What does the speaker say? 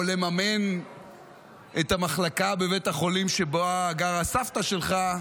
או לממן את המחלקה בבית החולים שבה גרה סבתא שלך,